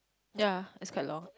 ya that's quite long